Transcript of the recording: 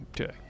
Okay